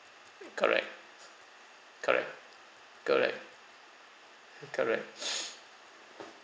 uh correct correct correct correct